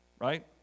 right